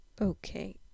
Okay